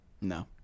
No